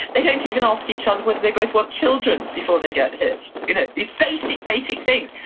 they don't even ask each other whether they both want children before they get hitched. you know these basic, basic things.